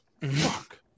Fuck